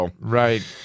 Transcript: right